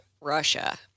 Russia